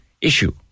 issue